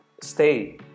stay